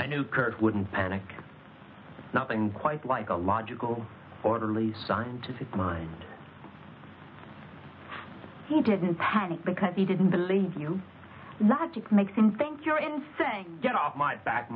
i know wouldn't panic nothing quite like a logical orderly scientific mind he didn't panic because he didn't believe you not just make him think you're and say get off my back